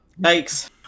Yikes